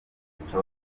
kwivuza